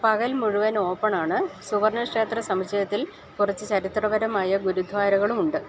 പകൽ മുഴുവൻ ഓപ്പണാണ് സുവർണക്ഷേത്രസമുച്ചയത്തിൽ കുറച്ച് ചരിത്രപരമായ ഗുരുദ്വാരകളുമുണ്ട്